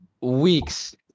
weeks